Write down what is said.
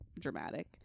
dramatic